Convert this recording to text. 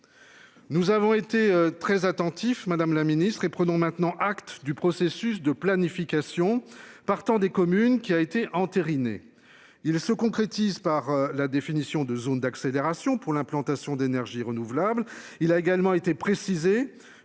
Nous avons été très attentifs. Madame la ministre et prenons maintenant acte du processus de planification partant des communes qui a été entérinée. Ils se concrétise par la définition de zones d'accélération pour l'implantation d'énergies renouvelables.